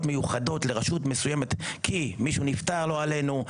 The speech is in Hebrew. מיוחדות לרשות מסוימת כי מישהו נפטר לא עלינו,